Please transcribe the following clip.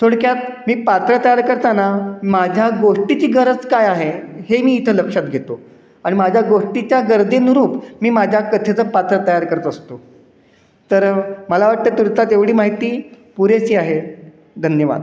थोडक्यात मी पात्र तयार करताना माझ्या गोष्टीची गरज काय आहे हे मी इथं लक्षात घेतो आणि माझ्या गोष्टीच्या गरजेनुरूप मी माझ्या कथेचं पात्र तयार करत असतो तर मला वाटतं तूर्तास एवढी माहिती पुरेशी आहे धन्यवाद